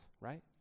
right